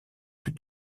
plus